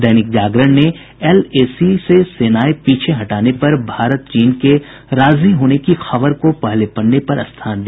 दैनिक जागरण ने एलएसी से सेनाएं पीछे हटाने पर भारत चीन के राजी होने की खबर को पहले पन्ने पर स्थान दिया